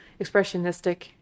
expressionistic